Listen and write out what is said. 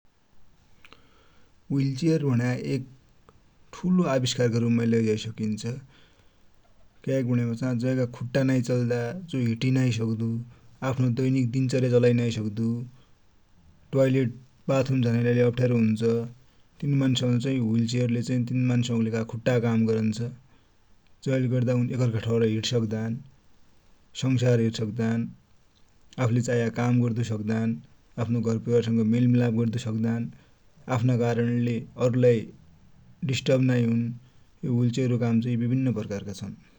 Wheel chair लाइ एक ठुलो बैज्ञानिक आबिस्कार का रुप माइ लिन सकिन्छ। क्या कि भनेपछा जै का खुट्टा नाइच्लदा जो हिटि नाइसक्दु, आफ्नो दैनिक दिन चर्या चलाइनाइसक्दु, ट्ववाइलेट, बाथरुम झानाकिले गारो हुन्छ, तिनि मान्स्औ लाइ चाइ व्हिल चेयर ले खुट्टा को काम गरन्छ, जै ले गर्दा उनि एक अर्का ठाउ हिटिसक्दान, सन्सार हेरि सक्दान, आफु ले चाएका काम गर्सक्दान, आफ्नो घरपरिवार सित मेलमिलाप गरिसक्दान, आफ्ना कारण ले अरु लाइ डिस्ट्रब नाइहुन। व्हिल चेयर का काम बिभिन्न प्रकारका छन् ।